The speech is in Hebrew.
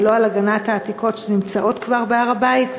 ולא על הגנת העתיקות שנמצאות כבר בהר-הבית.